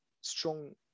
strong